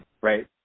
Right